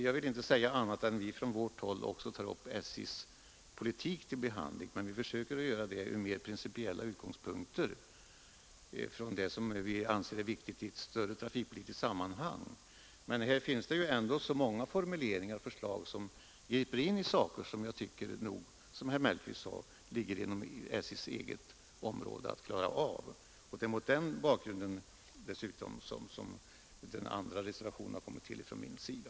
Jag vill inte säga annat än att också vi från vårt håll tar upp SJ:s politik till behandling, men vi försöker göra det från mer principiella utgångspunkter och tar upp vad vi anser viktigt i ett större trafikpolitiskt sammanhang. I utskottets skrivning finns många formuleringar och förslag som griper in i saker som det ligger inom SJ:s eget område att klara av, vilket också herr Mellqvist sade. Det är bl.a. mot den bakgrunden som andra reservationen från mig har kommit till.